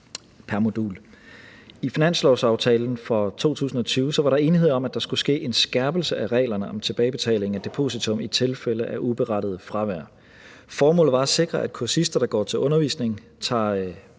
I finanslovsaftalen for 2020 var der enighed om, at der skulle ske en skærpelse af reglerne om tilbagebetaling af depositum i tilfælde af uberettiget fravær. Formålet var at sikre, at kursister, der går til undervisning, tager